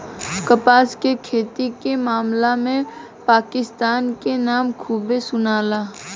कपास के खेती के मामला में पाकिस्तान के नाम खूबे सुनाला